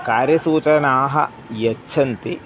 कार्यसूचनाः यच्छन्ति